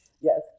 Yes